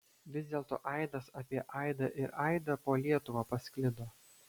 vis dėlto aidas apie aidą ir aidą po lietuvą pasklido